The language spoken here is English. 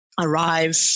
arrive